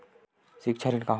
सिक्छा ऋण का होथे?